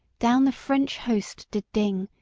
down the french host did ding,